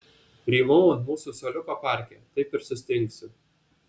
rymau ant mūsų suoliuko parke taip ir sustingsiu